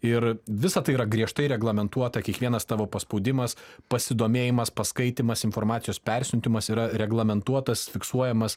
ir visa tai yra griežtai reglamentuota kiekvienas tavo paspaudimas pasidomėjimas paskaitymas informacijos persiuntimas yra reglamentuotas fiksuojamas